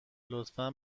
لطفا